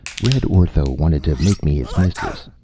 red ortho wanted to make me his mistress,